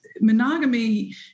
monogamy